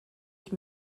ich